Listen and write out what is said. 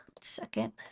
second